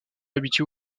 habituée